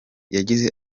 yagize